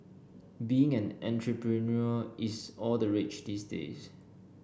being an entrepreneur is all the rage these days